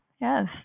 Yes